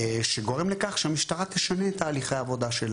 שגורם לכך שהמשטרה תשנה את תהליכי העבודה,